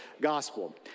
gospel